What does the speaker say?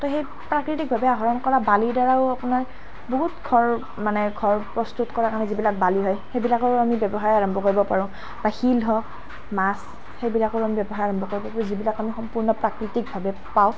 তো সেই প্ৰাকৃতিকভাৱে আহৰণ কৰা বালিৰ দ্বাৰাও আপোনাৰ বহুত ঘৰ মানে ঘৰ প্ৰস্তুত কৰা হয় যিবিলাক বালি হয় সেইবিলাকৰো আমি ব্যৱসায় আৰম্ভ কৰিব পাৰোঁ বা শিল হওক মাছ সেইবিলাকৰো আমি ব্যৱসায় আৰম্ভ কৰিব পাৰোঁ যিবিলাক আমি সম্পূৰ্ণ প্ৰাকৃতিকভাৱে পাওঁ